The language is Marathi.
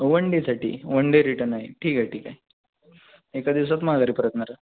वन डेसाठी वन डे रिटर्न आहे ठीक आहे ठीक आहे एका दिवसात माघारी परतणार